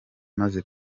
maze